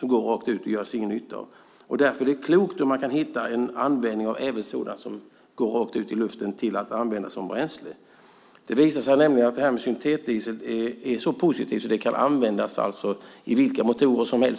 Det går rakt ut och görs ingen nytta av. Därför är det klokt om man kan hitta en användning även av sådant som går rakt ut i luften och använda det som bränsle. Det visar sig nämligen att det här med syntetdiesel är positivt då det kan användas i vilka dieselmotorer som helst.